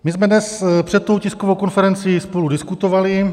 My jsme dnes před tou tiskovou konferencí spolu diskutovali.